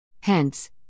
Hence